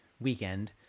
weekend